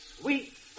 sweet